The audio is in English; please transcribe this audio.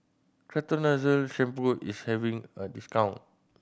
Ketoconazole Shampoo is having a discount